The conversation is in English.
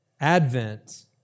Advent